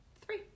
Three